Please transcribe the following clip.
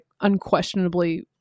unquestionably